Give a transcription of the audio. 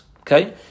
Okay